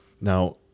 Now